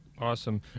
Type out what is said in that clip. Awesome